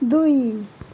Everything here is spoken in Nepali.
दुई